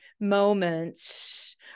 moments